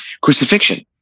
crucifixion